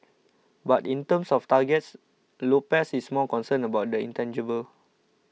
but in terms of targets Lopez is more concerned about the intangible